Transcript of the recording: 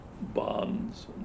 bonds